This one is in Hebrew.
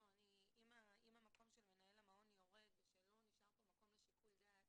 אם המקום של מנהל המעון יורד ולא נשאר פה מקום לשיקול דעת